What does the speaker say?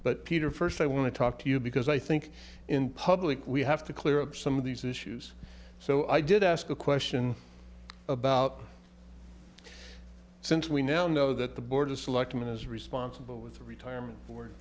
but peter first i want to talk to you because i think in public we have to clear up some of these issues so i did ask a question about it since we now know that the board of selectmen is responsible with the retirement